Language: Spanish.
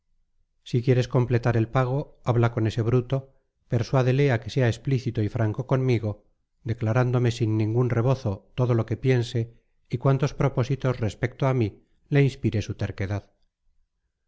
si quieres completar el pago habla con ese bruto persuádele a que sea explícito y franco conmigo declarándome sin ningún rebozo todo lo que piense y cuantos propósitos respecto a mí le inspire su terquedad